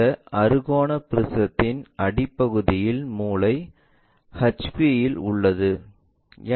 அந்த அறுகோண ப்ரிஸத்தின் அடித்தளத்தின் மூலை ஹெச்பி இல் உள்ளது